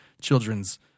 children's